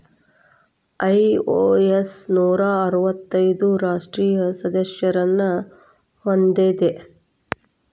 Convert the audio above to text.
IOS ನೂರಾ ಅರ್ವತ್ತೈದು ರಾಷ್ಟ್ರೇಯ ಸದಸ್ಯರನ್ನ ಹೊಂದೇದ